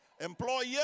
employer